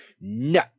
no